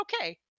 okay